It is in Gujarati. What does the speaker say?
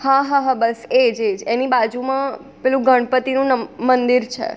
હા હા હા બસ એ જ એ જ એની બાજુમાં પેલું ગણપતિનું મંદિર છે